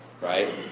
right